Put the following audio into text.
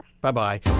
Bye-bye